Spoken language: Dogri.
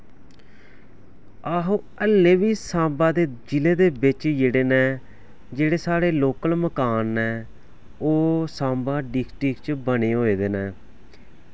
आहो अल्लै बी सांबा दे जि'ले दे बिच्च जेह्ड़े ने जेह्ड़े साढ़े लोकल मकान ने ओह् सांबा डिस्ट्रिक्ट च बने होए दे न